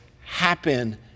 happen